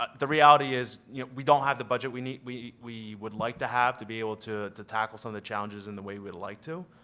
ah the reality is, you know we don't have the budget we need, we we would like to have to be able to to tackle some of the challenges in the way we'd like to.